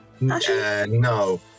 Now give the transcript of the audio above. No